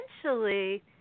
essentially